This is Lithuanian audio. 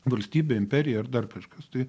valstybė imperija ar dar kažkas tai